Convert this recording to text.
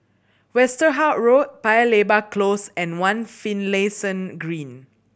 Westerhout Road Paya Lebar Close and One Finlayson Green